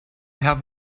have